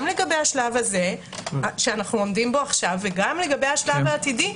לגבי השלב הזה שאנו בו עכשיו וגם לגבי השלב העתידי.